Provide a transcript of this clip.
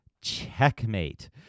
checkmate